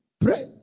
Pray